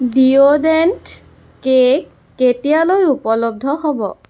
deodorant cake কেতিয়ালৈ উপলব্ধ হ'ব